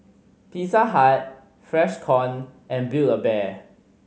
Pizza Hut Freshkon and Build A Bear